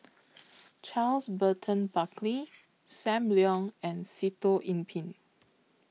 Charles Burton Buckley SAM Leong and Sitoh Yih Pin